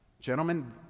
Gentlemen